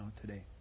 today